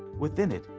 within it,